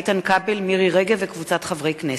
איתן כבל ומירי רגב וקבוצת חברי הכנסת.